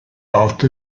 altı